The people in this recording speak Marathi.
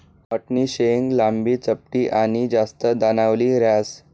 मठनी शेंग लांबी, चपटी आनी जास्त दानावाली ह्रास